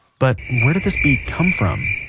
but, where did this beat come from?